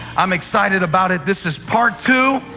i'm excited about it. this is part two